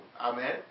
Amen